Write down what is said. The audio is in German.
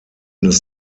des